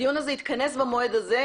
הדיון הזה התכנס במועד הזה.